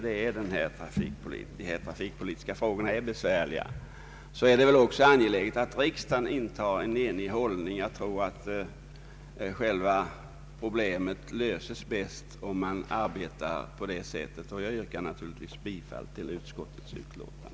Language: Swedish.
De trafikpolitiska frågorna är alltid besvärliga, och det är glädjande att riksdagen intar en enig hållning. Jag tror problemet löses bäst om man arbetar på det sättet, och jag yrkar naturligtvis bifall till utskottets hemställan.